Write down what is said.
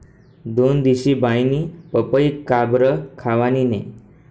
दोनदिशी बाईनी पपई काबरं खावानी नै